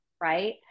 right